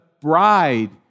bride